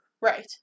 Right